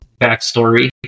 backstory